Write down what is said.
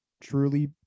truly